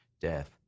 death